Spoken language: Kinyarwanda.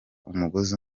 umugozi